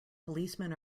policemen